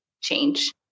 change